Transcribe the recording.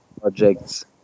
projects